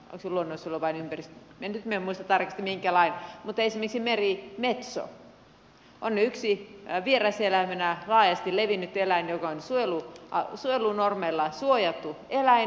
onko se luonnonsuojelu vai ympäristölain mukainen nyt minä en muista tarkasti minkä lain mutta esimerkiksi merimetso on yksi vieraseläimenä laajasti levinnyt eläin joka on suojelunormeilla suojattu eläin